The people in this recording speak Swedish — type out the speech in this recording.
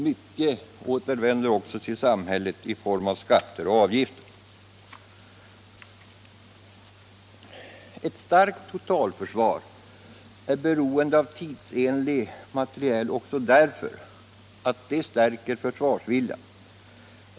Mycket återvänder också till samhället i form av skatter och avgifter. Ett starkt totalförsvar är beroende av tidsenlig materiel också därför att det stärker försvarsviljan.